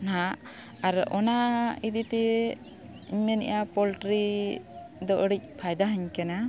ᱱᱟᱜ ᱟᱨ ᱚᱱᱟ ᱤᱫᱤᱛᱮ ᱤᱧ ᱢᱮᱱᱮᱜᱼᱟ ᱯᱳᱞᱴᱨᱤ ᱫᱚ ᱟᱹᱰᱤ ᱯᱷᱟᱭᱫᱟ ᱟᱹᱧ ᱠᱟᱱᱟ